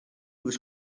was